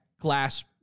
glass